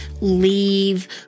leave